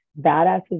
Badasses